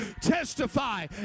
Testify